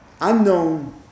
unknown